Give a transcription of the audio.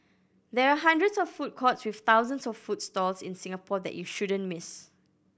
there are hundreds of food courts with thousands of food stalls in Singapore that you shouldn't miss